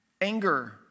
Anger